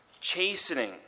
chastening